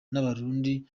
n’abarundi